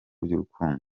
by’urukundo